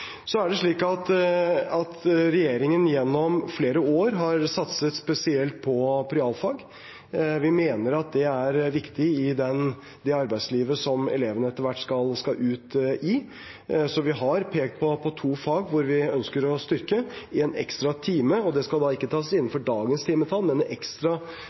Så er det slik at regjeringen gjennom flere år har satset spesielt på realfag. Vi mener at det er viktig i det arbeidslivet som elevene etter hvert skal ut i, så vi har pekt på to fag hvor vi ønsker å styrke med en ekstra time. Det skal ikke tas innenfor dagens timetall, men en ekstra